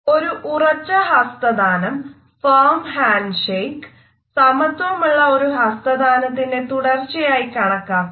ഒരു ഉറച്ച ഹസ്തദാനം സമത്വമുള്ള ഒരു ഹസ്തദാനത്തിന്റെ തുടർച്ചയായി കണക്കാക്കാം